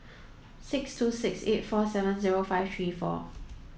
six two six eight four seven zero five three four